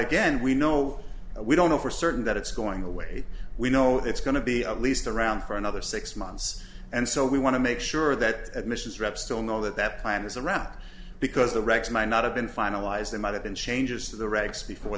again we know we don't know for certain that it's going the way we know it's going to be at least around for another six months and so we want to make sure that admissions reps still know that that plan is around because the regs may not have been finalized and might have been changes to the regs before